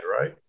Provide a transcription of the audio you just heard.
right